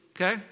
okay